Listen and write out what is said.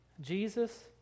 Jesus